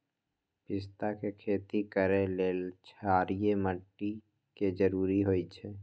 पिस्ता के खेती करय लेल क्षारीय माटी के जरूरी होई छै